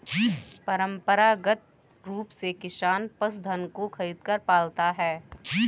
परंपरागत रूप से किसान पशुधन को खरीदकर पालता है